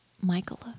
Michaela